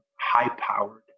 high-powered